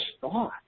thought